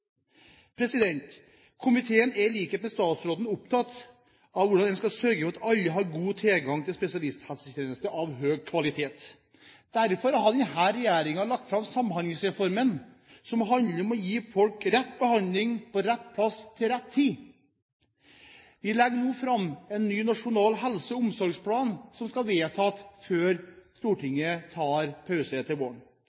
behov. Komiteen er i likhet med statsråden opptatt av hvordan en skal sørge for at alle har god tilgang til spesialisthelsetjenester av høy kvalitet. Derfor har denne regjeringen lagt fram Samhandlingsreformen som handler om å gi folk rett behandling på rett plass til rett tid. Vi legger nå fram en ny nasjonal helse- og omsorgsplan som skal vedtas før